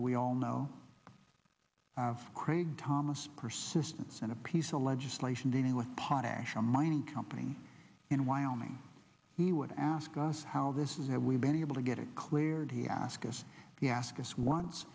we all know of craig thomas persistence and a piece of legislation dealing with potash a mining company in wyoming he would ask us how this is that we've been able to get it cleared he asked us the ask us once